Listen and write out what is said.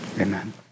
amen